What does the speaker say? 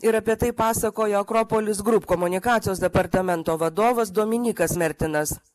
ir apie tai pasakojo akropolis group komunikacijos departamento vadovas dominykas mertinas